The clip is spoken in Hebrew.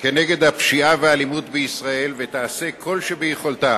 נגד הפשיעה והאלימות בישראל ותעשה את כל שביכולתה